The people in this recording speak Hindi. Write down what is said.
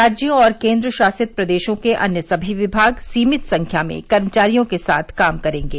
राज्यों और केंद्र शासित प्रदेशों के अन्य सभी विभाग सीमित संख्या में कर्मचारियों के साथ काम करेंगे